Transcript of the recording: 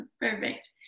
perfect